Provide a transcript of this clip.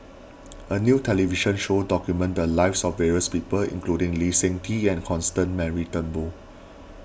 a new television show documented the lives of various people including Lee Seng Tee and Constance Mary Turnbull